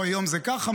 היום זה ככה,